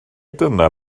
dyna